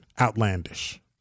outlandish